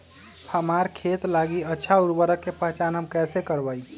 हमार खेत लागी अच्छा उर्वरक के पहचान हम कैसे करवाई?